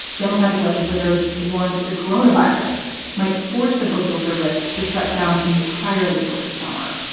democratic legislators warned the corona virus might force the postal service to shut down entirely over the summer.